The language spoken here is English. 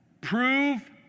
prove